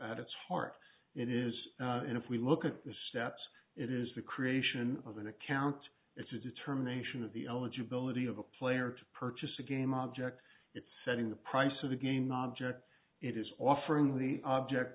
at its heart it is and if we look at the steps it is the creation of an account it's a determination of the eligibility of a player to purchase a game object it's setting the price of the game object it is offering the object